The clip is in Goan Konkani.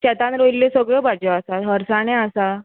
शेतांत रोयिल्ल्यो सगळ्यो भाज्यो आसात हळसाणे आसा